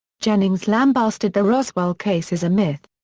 jennings lambasted the roswell case as a myth.